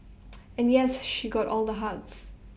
and yes she got all the hugs